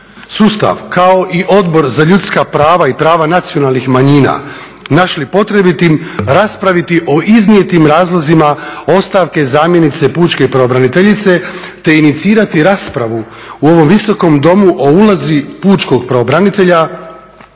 sustav kao i Odbor za ljudska prava i prava nacionalnih manjina našli potrebitim raspraviti o iznijetim razlozima ostavke zamjenice pučke pravobraniteljice, te inicirati raspravu u ovom Visokom domu o ulozi pučkog pravobranitelja